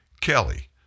Kelly